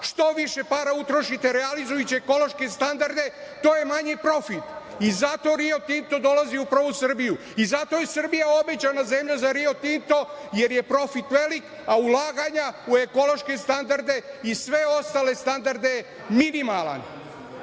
što više para utrošite realizujuće ekološke standarde to je manji profit i zato „Rio Tinto“ dolazi upravo u Srbiju i zato je Srbija obećana zemalja za „Rio Tinto“, jer je profit velik, a ulaganja u ekološke standarde i sve ostale standarde minimalan